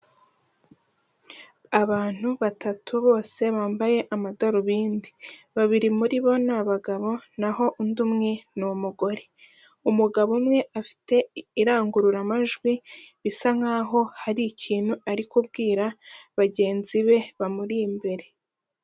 Abantu batatu bose bambaye amadarubindi babiri muri bo ni abagabo n'aho undi umwe ni umugore umugabo umwe afite irangururamajwi bisa nk'aho hari ikintu ari kubwira bagenzi be bamuri imbere.